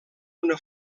una